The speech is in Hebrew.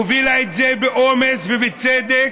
הובילה את זה באומץ ובצדק,